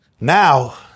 Now